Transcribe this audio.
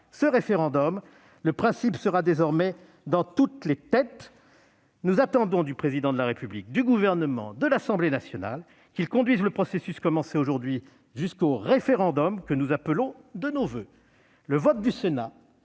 ce référendum, le principe sera désormais dans toutes les têtes. Nous attendons du Président de la République, du Gouvernement et de l'Assemblée nationale qu'ils conduisent le processus commencé aujourd'hui jusqu'au référendum que nous appelons de nos voeux. Le vote du Sénat